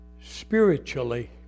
Spiritually